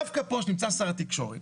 דווקא פה שנמצא שר התקשורת,